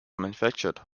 manufactured